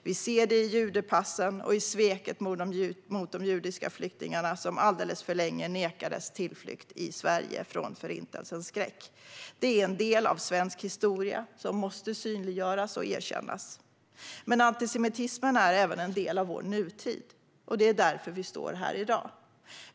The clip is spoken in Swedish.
Vi ser det i judepassen och i sveket mot de judiska flyktingarna, som alldeles för länge nekades tillflykt i Sverige från Förintelsens skräck. Det är en del av svensk historia som måste synliggöras och erkännas. Men antisemitismen är även en del av vår nutid, och det är därför vi står här i dag.